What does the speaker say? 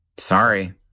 Sorry